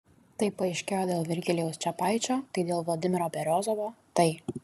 tai paaiškėjo dėl virgilijaus čepaičio tai dėl vladimiro beriozovo tai